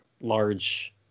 large